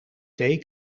thee